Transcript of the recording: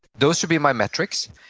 those should be my metrics,